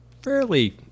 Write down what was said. fairly